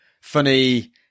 funny